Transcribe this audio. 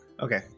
Okay